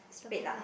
spade ah